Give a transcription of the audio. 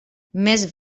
més